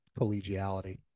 collegiality